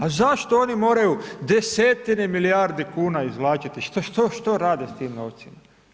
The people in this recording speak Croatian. A zašto oni moraju desetine milijardi kuna izvlačiti, što rade s tim novcima?